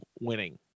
winning